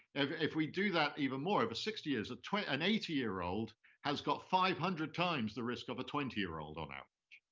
if we do that even more, over sixty years, an eighty year old has got five hundred times the risk of a twenty year old, on average,